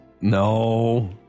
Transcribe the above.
No